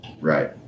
Right